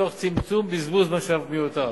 תוך צמצום בזבוז משאבים מיותר.